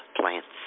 plants